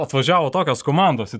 atvažiavo tokios komandos į